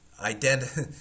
identity